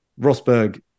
Rosberg